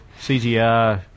CGI